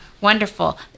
wonderful